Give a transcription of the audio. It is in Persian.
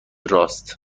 راست